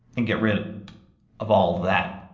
and get rid of all that.